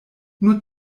nur